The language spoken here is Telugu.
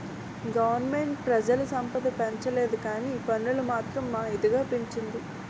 గవరమెంటు పెజల సంపద పెంచలేదుకానీ పన్నులు మాత్రం మా ఇదిగా పెంచింది